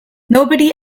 nobody